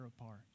apart